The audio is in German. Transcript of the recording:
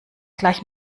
gleich